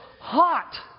hot